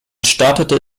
startete